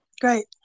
Great